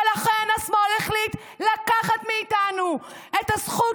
ולכן השמאל החליט לקחת מאיתנו את הזכות